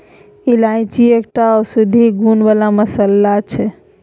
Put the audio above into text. इलायची एकटा औषधीय गुण बला मसल्ला छै